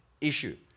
issue